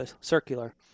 circular